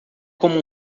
como